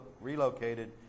relocated